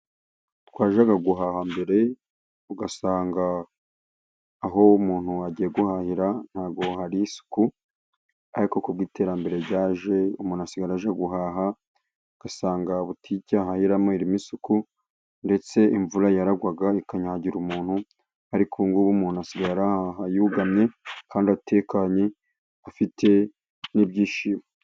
Twajyaga guhaha mbere, ugasanga aho umuntu agiye guhahira ntabwo hari isuku, ariko ku bw'iterambere ryaje, umuntu asigaye ajya guhaha agasanga butike ahahiramo irimo isuku, ndetse imvura yaragwaga, ikanyagira umuntu, ariko ubu umuntu asigaye arahaha yugamye, kandi atekanye afite n'ibyishimo.